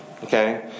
Okay